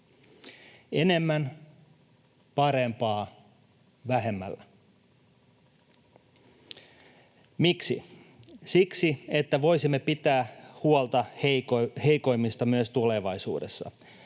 enemmän, parempaa, vähemmällä. Miksi? Siksi, että voisimme pitää huolta heikoimmista myös tulevaisuudessa.